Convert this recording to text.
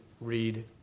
read